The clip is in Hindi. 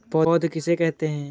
पौध किसे कहते हैं?